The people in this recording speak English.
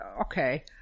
okay